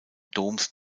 doms